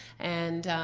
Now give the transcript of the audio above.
and